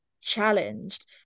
challenged